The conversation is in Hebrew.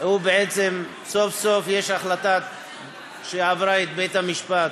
סוף-סוף יש החלטה שעברה בבית-המשפט,